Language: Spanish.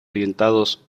orientados